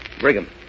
Brigham